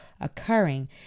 occurring